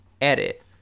Edit